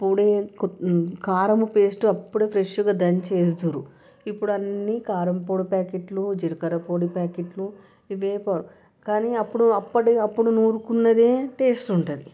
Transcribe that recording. అప్పుడే కారము పేస్టు అప్పుడే ఫ్రెష్గా దంచి వేసేవారు ఇప్పుడు అన్ని కారం పొడి ప్యాకెట్లు జీలకర్ర పొడి ప్యాకెట్లు ఇవే కానీ అప్పుడు అప్పటికప్పుడు నూరుకున్నదే టేస్ట్ ఉంటుంది